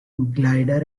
glider